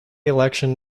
election